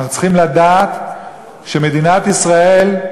אנחנו צריכים לדעת שמדינת ישראל,